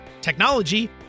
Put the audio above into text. technology